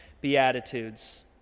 beatitudes